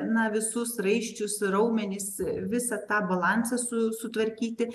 na visus raiščius ir raumenis visą tą balansą su sutvarkyti